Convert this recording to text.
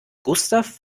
gustav